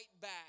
back